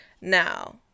now